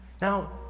Now